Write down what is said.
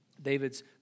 David's